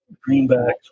greenbacks